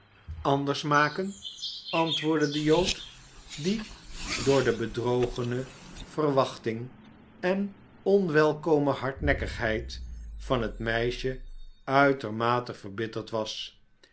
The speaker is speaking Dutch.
anders maken antwoordde de jood die door de bedrogene verwachting en onwelkome hardnekkigheid van het meisje uitermate verbitterd was